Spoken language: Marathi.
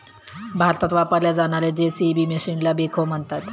भारतात वापरल्या जाणार्या जे.सी.बी मशीनला बेखो म्हणतात